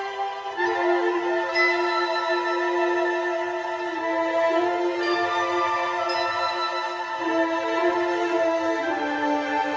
i